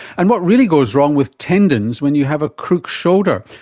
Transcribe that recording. and what really goes wrong with tendons when you have a crook shoulder?